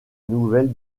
nouvelle